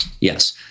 Yes